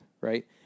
right